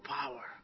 power